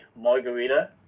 margarita